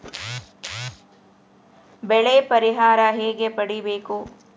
ಬೆಳೆ ಪರಿಹಾರ ಹೇಗೆ ಪಡಿಬೇಕು?